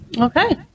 okay